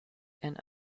and